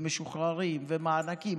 ומשוחררים ומענקים,